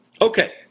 Okay